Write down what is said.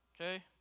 Okay